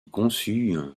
conçues